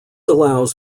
allows